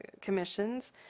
commissions